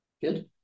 Good